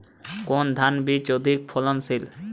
কোন ধান বীজ অধিক ফলনশীল?